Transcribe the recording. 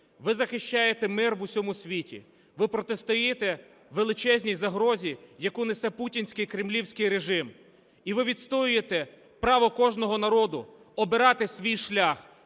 ви захищаєте мир в усьому світі. Ви протистоїте величезній загрозі, яку несе путінський кремлівський режим, і ви відстоюєте право кожного народу обирати свій шлях